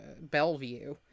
Bellevue